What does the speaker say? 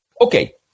Okay